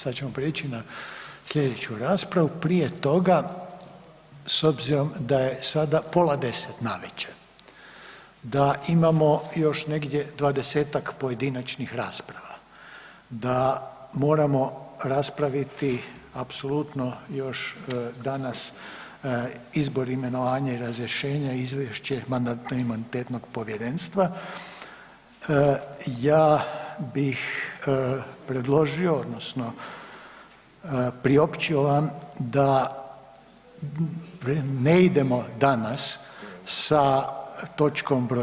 Evo sad ćemo prijeći na slijedeću raspravu, prije toga s obzirom da je sada pola 10 navečer, da imamo još negdje 20 pojedinačnih rasprava, da moramo raspraviti apsolutno još danas izbor, imenovanje i razrješenje i Izvješće Mandatno-imunitetnog povjerenstva, ja bih predložio odnosno priopćio da ne idemo danas sa točkom br.